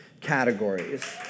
categories